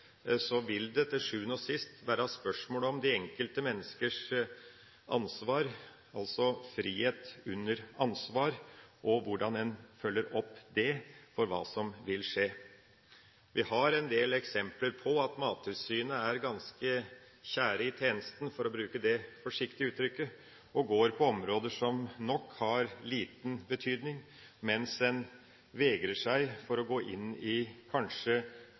vil det til sjuende og sist være spørsmål om de enkelte menneskers ansvar, altså frihet under ansvar, og hvordan en følger opp det i forhold til hva som vil skje. Vi har en del eksempler på at Mattilsynet er ganske «kjære» i tjenesten, for å bruke det forsiktige uttrykket, og går på områder som nok har liten betydning, mens en vegrer seg for å gå inn i kanskje